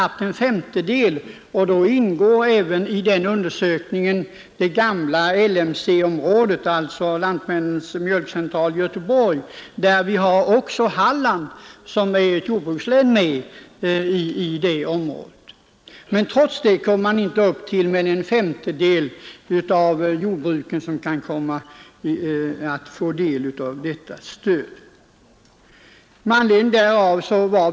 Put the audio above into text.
Undersökningen omfattar då även det gamla LMC-området, dvs. jordbrukare anslutna till Lantmännens mjölkcentral i Göteborg, således även Halland, som ju är ett utpräglat jordbrukslän. Trots det är det alltså bara en femtedel av jordbrukarna inom området som kan få del av stödet.